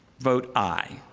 vote aye.